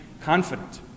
confident